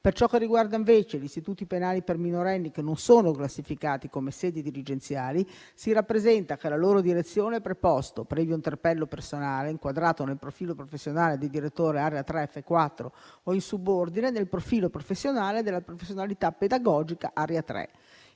Per ciò che riguarda invece gli istituti penali per minorenni che non sono classificati come sedi dirigenziali, si rappresenta che alla loro direzione è preposto, previo interpello, personale inquadrato nel profilo professionale di direttore Area 3-F4 o, in subordine, nel profilo professionale della professionalità pedagogica Area 3.